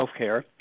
healthcare